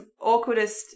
awkwardest